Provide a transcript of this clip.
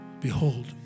behold